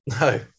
No